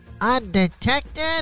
undetected